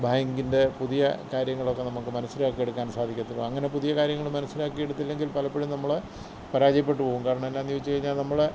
ബാങ്കിന്റെ പുതിയ കാര്യങ്ങളൊക്കെ നമുക്ക് മനസ്സിലാക്കിയെടുക്കാന് സാധിക്കത്തൊള്ളു അങ്ങനെ പുതിയ കാര്യങ്ങൾ മനസ്സിലാക്കിയെടുത്തില്ലെങ്കില് പലപ്പോഴും നമ്മൾ പരാജയപ്പെട്ട് പോവും കാരണം എന്നാന്ന് ചോദിച്ച് കഴിഞ്ഞാല് നമ്മൾ